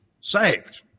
saved